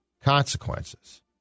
consequences